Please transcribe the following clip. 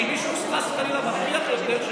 שאם מישהו חס וחלילה מרוויח יותר,